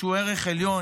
שהוא ערך עליון,